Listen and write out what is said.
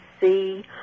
see